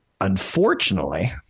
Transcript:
Unfortunately